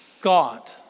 God